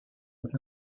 with